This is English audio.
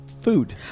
food